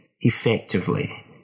effectively